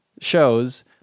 shows